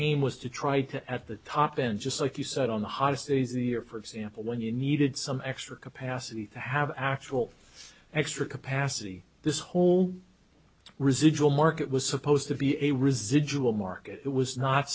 aim was to try to at the top end just like you said on the hottest easier for example when you needed some extra capacity to have actual extra capacity this whole residual market was supposed to be a residual market was not